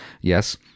yes